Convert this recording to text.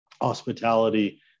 hospitality